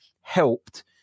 helped